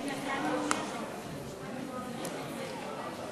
תשלום מזונות לבגיר עם